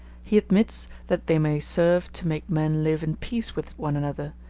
he admits that they may serve to make men live in peace with one another,